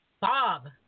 Bob